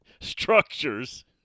structures